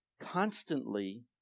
constantly